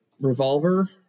Revolver